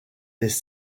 des